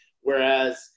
Whereas